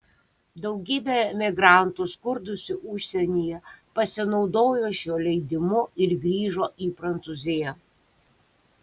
daugybė emigrantų skurdusių užsienyje pasinaudojo šiuo leidimu ir grįžo į prancūziją